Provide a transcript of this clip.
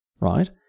right